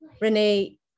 Renee